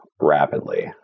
rapidly